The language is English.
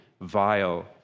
vile